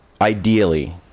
ideally